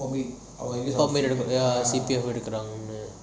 you call me cpm எடுக்குறாங்கனு:yeadukuranganu